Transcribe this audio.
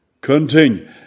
Continue